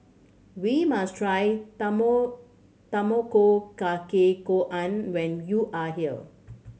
we must try Tamago Kake Gohan when you are here